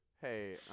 Hey